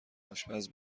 آشپز